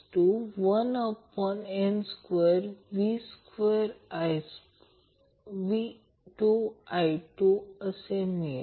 तर आता संपूर्ण सर्किटचा Q हा Lω0R असेल